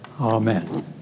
Amen